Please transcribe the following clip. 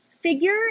figure